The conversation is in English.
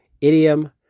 idiom